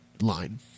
line